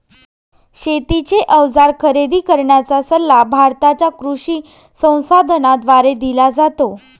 शेतीचे अवजार खरेदी करण्याचा सल्ला भारताच्या कृषी संसाधनाद्वारे दिला जातो